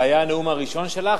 זה היה הנאום הראשון שלך?